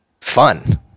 fun